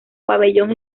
pabellón